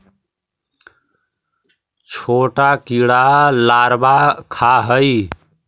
छोटा कीड़ा लारवा खाऽ हइ